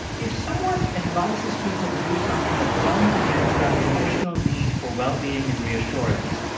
if someone advises people to do something that runs against their emotional need for well-being and reassurance,